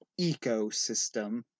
ecosystem